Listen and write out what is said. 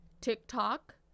TikTok